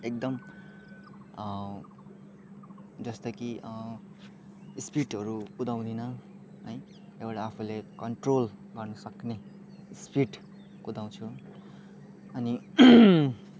एकदम जस्तो कि स्पिडहरू कुदाउँदिनँ है एउटा आफूले कन्ट्रोल गर्नुसक्ने स्पिड कुदाउँछु अनि